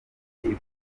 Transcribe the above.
ivuga